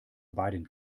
beiden